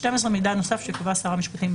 (12)מידע נוסף שקבע שר המשפטים,